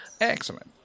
Excellent